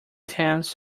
tenths